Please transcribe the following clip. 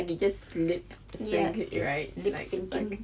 like you just the lipsync it right